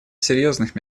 серьезных